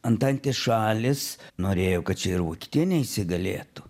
antantės šalys norėjo kad čia ir vokietija neįsigalėtų